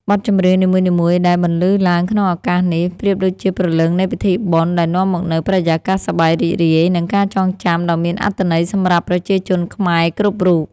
បទចម្រៀងនីមួយៗដែលបន្លឺឡើងក្នុងឱកាសនេះ ប្រៀបដូចជាព្រលឹងនៃពិធីបុណ្យ ដែលនាំមកនូវបរិយាកាសសប្បាយរីករាយ និងការចងចាំដ៏មានអត្ថន័យសម្រាប់ប្រជាជនខ្មែរគ្រប់រូប។